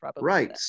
Right